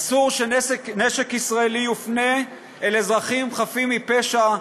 אסור שנשק ישראלי יופנה אל אזרחים חפים מפשע,